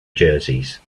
jerseys